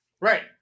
Right